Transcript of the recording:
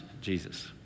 Jesus